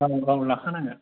गावनि गाव लाखा नांगोन